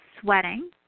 sweating